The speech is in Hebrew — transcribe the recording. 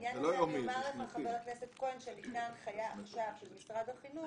בעניין הזה אני אומר לחבר הכנסת כהן שלפני ההנחיה של משרד החינוך,